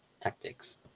Tactics